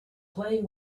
playing